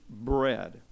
bread